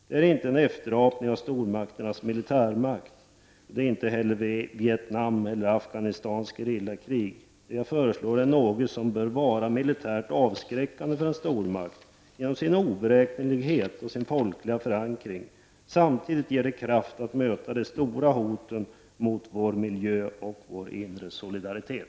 Det handlar inte om en efterapning av stormakternas militärmakt men heller inte av Vietnams eller Afghanistans gerillakrig. Det jag föreslår är något som bör vara militärt avskräckande för en stormakt genom sin oberäknelighet och sin folkliga förankring. Samtidigt ger det kraft att möta de stora hoten mot vår miljö och vår inre solidaritet.